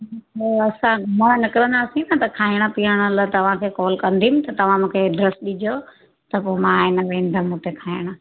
हूअं असां घुमणु निकरंदासी न त खाइणु पीअण लाइ तव्हांखे कॉल कंदमि त तव्हां मूंखे एड्रेस ॾिजो त पोइ आहे न वेंदमि हुते खाइणु